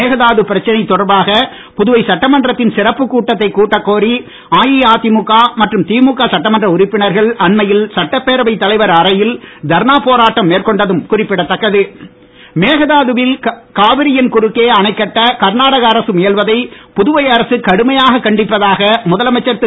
மேகதாது பிரச்னை தொடர்பாக புதுவை சட்டமன்றத்தின் சிறப்பு கூட்டத்தை கூட்ட கோரி அஇஅதிமுக மற்றும் திமுக சட்டமன்ற உறுப்பினர்கள் அண்மையில் சட்டப்பேரவை தலைவர் அறையில் தர்ணா போராட்டம் மேற்கொண்டதும் குறிப்பிடத்தக்கது மேகதாதுவில் காவிரியின் குறுக்கே அணைக் கட்ட கர்நாடகா அரசு முயல்பவதை புதுவை அரசு கடுமையாக கண்டிப்பதாக முதலமைச்சர் திரு